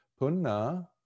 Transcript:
Punna